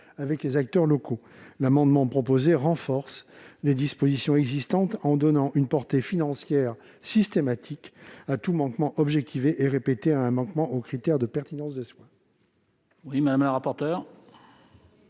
avec les acteurs locaux. Cet amendement tend à renforcer les dispositions existantes en donnant une portée financière systématique à tout manquement objectivé et répété aux critères de pertinence des soins.